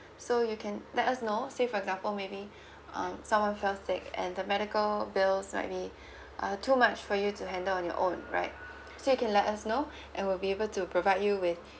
so you can let us know say for example maybe um someone fell sick and the medical bills slightly uh too much for you to handle on your own right so you can let us know and we'll be able to provide you with